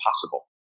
possible